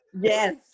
Yes